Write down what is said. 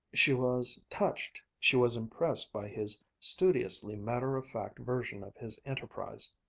she was touched, she was impressed by his studiously matter-of-fact version of his enterprise.